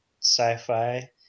sci-fi